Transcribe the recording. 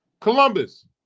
Columbus